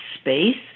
space